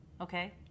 Okay